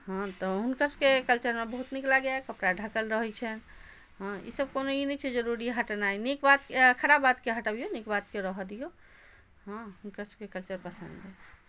हँ तऽ हुनका सभके कल्चर हमरा बहुत नीक लागैया कपड़ा ढकल रहै छनि हँ ई सभ कोनो ई नहि छै जे रोडी हटेनाइ नीक बात अछि खराब बात केँ हटाबियौ नीक बात केँ रहऽ दियौ हँ हुनका सभके कल्चर पसन्द अछि